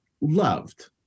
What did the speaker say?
loved